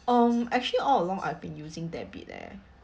um actually all along I've been using debit leh